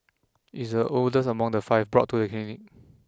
it is the oldest among the five brought to the clinic